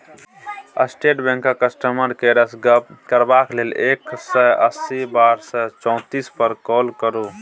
state बैंकक customer केयरसँ गप्प करबाक लेल एक सय अस्सी बारह सय चौतीस पर काँल करु